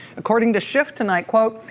according to schiff tonight, quote,